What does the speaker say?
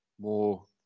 more